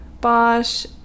Bosch